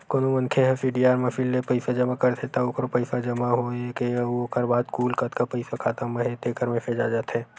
कोनो मनखे ह सीडीआर मसीन ले पइसा जमा करथे त ओखरो पइसा जमा होए के अउ ओखर बाद कुल कतका पइसा खाता म हे तेखर मेसेज आ जाथे